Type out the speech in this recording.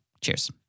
Cheers